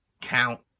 count